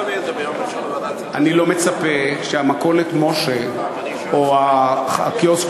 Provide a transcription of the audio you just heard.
אני לא מצפה ש"מכולת משה" או "הקיוסק